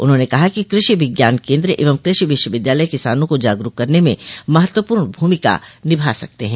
उन्होंने कहा कि कृषि विज्ञान केन्द्र एवं कृषि विश्वविद्यालय किसानों को जागरूक करने में महत्वपूर्ण भूमिका निभा सकते ह